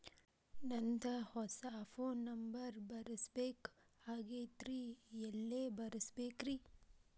ನಂದ ಹೊಸಾ phone number ಬರಸಬೇಕ್ ಆಗೈತ್ರಿ ಎಲ್ಲೆ ಬರಸ್ಬೇಕ್ರಿ?